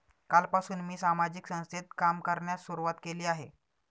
कालपासून मी सामाजिक संस्थेत काम करण्यास सुरुवात केली आहे